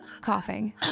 coughing